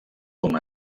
com